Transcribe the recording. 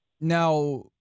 Now